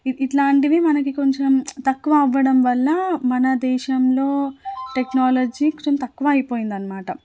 ఇట్లాంటివి మనకి కొంచం తక్కువ అవ్వడం వల్ల మన దేశంలో టెక్నాలజీ కొంచెం తక్కువ అయిపోయిందన్నమాట